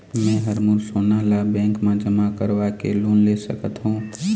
मैं हर मोर सोना ला बैंक म जमा करवाके लोन ले सकत हो?